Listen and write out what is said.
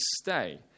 stay